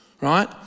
right